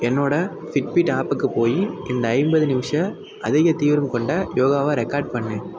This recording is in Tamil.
என்னோடய ஃபிட்பிட் ஆப்புக்கு போய் இந்த ஐம்பது நிமிஷ அதிக தீவிரம் கொண்ட யோகாவை ரெக்கார்ட் பண்ணு